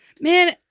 Man